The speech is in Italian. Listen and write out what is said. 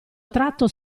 tratto